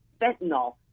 fentanyl